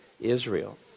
Israel